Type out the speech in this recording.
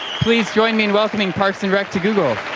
please join me in welcoming parks and rec to google.